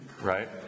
right